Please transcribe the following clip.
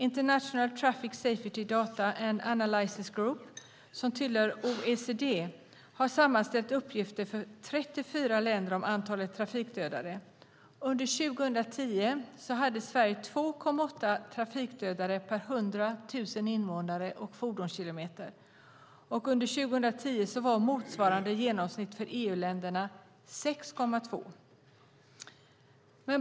International Traffic Safety Data and Analysis Group, som tillhör OECD, har sammanställt uppgifter för 34 länder om antalet trafikdödade. Under 2010 hade Sverige 2,8 trafikdödade per 100 000 invånare och fordonskilometer. Under 2010 var motsvarande genomsnitt för EU-länderna 6,2.